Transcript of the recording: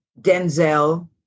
Denzel